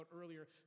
earlier